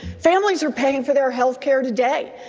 families are paying for their health care today.